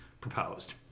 proposed